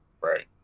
Right